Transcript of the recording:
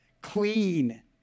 clean